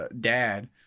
dad